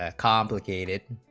ah complicated,